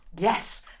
Yes